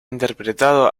interpretado